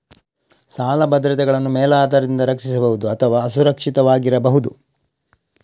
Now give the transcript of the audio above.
ಸಾಲ ಭದ್ರತೆಗಳನ್ನು ಮೇಲಾಧಾರದಿಂದ ರಕ್ಷಿಸಬಹುದು ಅಥವಾ ಅಸುರಕ್ಷಿತವಾಗಿರಬಹುದು